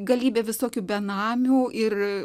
galybė visokių benamių ir